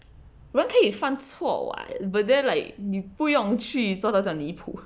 人可以犯错 [what] but then like 你不用去做到整理普